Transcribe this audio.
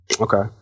Okay